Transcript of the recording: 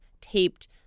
taped